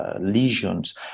lesions